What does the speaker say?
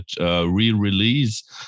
re-release